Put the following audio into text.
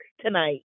tonight